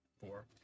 Four